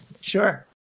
Sure